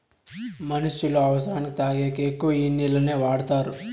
మనుష్యులు అవసరానికి తాగేకి ఎక్కువ ఈ నీళ్లనే వాడుతారు